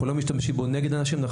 אנחנו לא משתמשים בו נגד אנשים אלא אנחנו